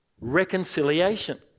reconciliation